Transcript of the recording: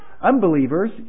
unbelievers